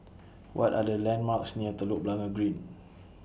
What Are The landmarks near Telok Blangah Green